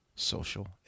social